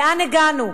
לאן הגענו?